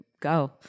go